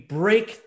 break